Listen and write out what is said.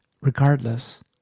regardless